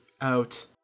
out